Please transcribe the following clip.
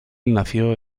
nació